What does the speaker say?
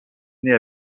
née